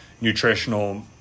nutritional